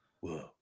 whoa